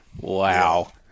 Wow